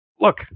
look